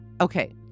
Okay